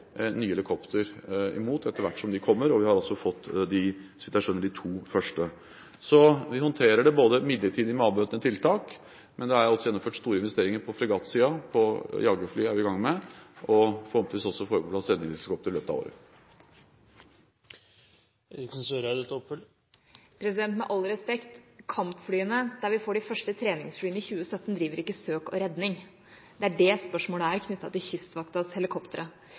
etter hvert som de kommer. Vi har fått – så vidt jeg skjønner – de to første. Vi håndterer altså dette midlertidig med avbøtende tiltak. Det er gjennomført store investeringer på fregattsiden. Jagerfly er vi i gang med. Forhåpentligvis får vi også på plass redningshelikoptre i løpet av året. Med all respekt: Kampflyene – vi får de første treningsflyene i 2017 – driver ikke søk og redning. Dette spørsmålet er knyttet til Kystvaktens helikoptre.